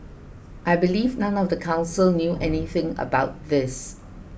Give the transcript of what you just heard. I believe none of the council knew anything about this